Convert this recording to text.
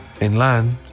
Inland